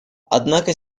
однако